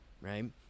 right